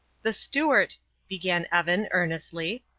the stuart began evan, earnestly.